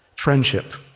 friendship